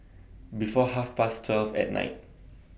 before Half Past twelve At Night